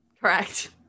Correct